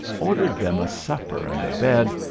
ordered them a supper and a bed,